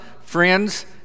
friends